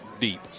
deep